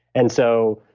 and so,